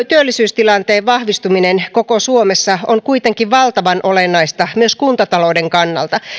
työllisyystilanteen vahvistuminen koko suomessa on kuitenkin valtavan olennaista myös kuntatalouden kannalta